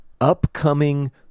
upcoming